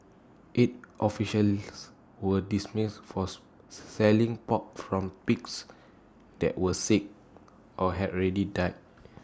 eight officials were dismissed force selling pork from pigs that were sick or had already died